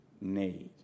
need